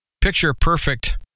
picture-perfect